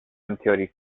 theory